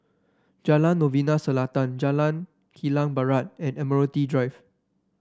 Jalan Novena Selatan Jalan Kilang Barat and Admiralty Drive